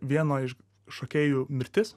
vieno iš šokėjų mirtis